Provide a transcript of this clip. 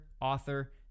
author